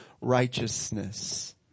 righteousness